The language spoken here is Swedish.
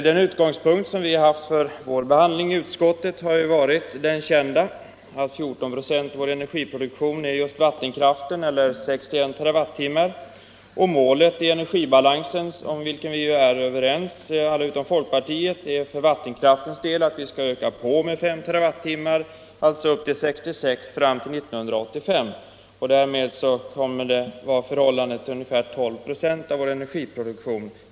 Den utgångspunkt vi haft för vår behandling i utskottet har varit den kända att 14 96 av vår energiproduktion kommer från vattenkraften, eller 61 TWh och att målet i energibalansen, om vilket alla utom folkpartiet är överens, är att vi skall öka på detta med 5 TWh, till totalt 66 år 1985, vilket kommer att utgöra 12 96 av vår energiproduktion.